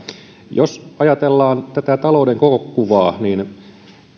jos ajatellaan tätä talouden koko kuvaa niin